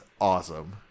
awesome